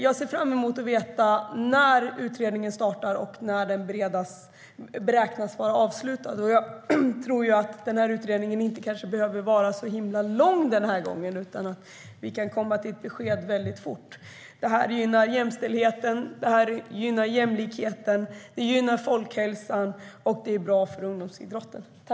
Jag ser fram emot att få veta när utredningen startar och när den beräknas vara avslutad. Jag tror att utredningen kanske inte behöver vara så himla lång den här gången, utan att vi kan komma till ett besked väldigt fort. Det här gynnar jämställdheten, jämlikheten och folkhälsan och är bra för ungdomsidrotten.